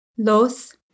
Los